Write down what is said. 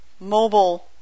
mobile